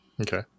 Okay